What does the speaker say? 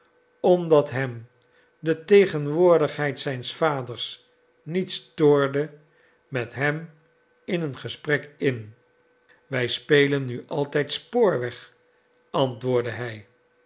omdat hem de tegenwoordigheid zijns vaders niet stoorde met hem in een gesprek in wij spelen nu altijd spoorweg antwoordde hij